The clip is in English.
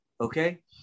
okay